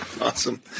Awesome